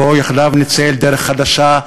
בואו יחדיו נצא לדרך חדשה,